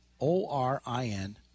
O-R-I-N